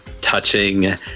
touching